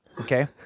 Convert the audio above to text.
Okay